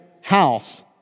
house